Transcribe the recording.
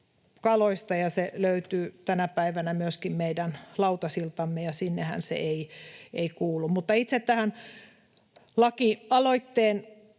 ja se löytyy tänä päivänä myöskin meidän lautasiltamme, ja sinnehän se ei kuulu. Mutta itse lakialoitteen